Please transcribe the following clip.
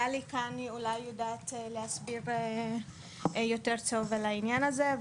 אולי גלי לוי שיושבת כאן יודעת להסביר טוב יותר את העניין הזה.